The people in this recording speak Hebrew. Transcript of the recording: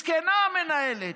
מסכנה המנהלת,